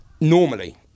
Normally